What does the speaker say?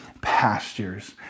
pastures